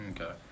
Okay